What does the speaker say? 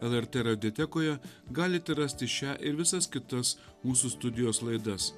lrtradiotekoje galite rasti šią ir visas kitas mūsų studijos laidas